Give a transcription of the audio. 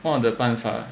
one of the 办法